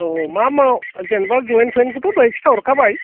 अ' जेनेबा जइन थइनखौथ' दहाय खिन्थाहरखाबाय